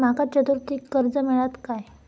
माका चतुर्थीक कर्ज मेळात काय?